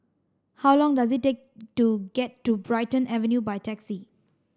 how long does it take to get to Brighton Avenue by taxi